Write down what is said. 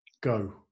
Go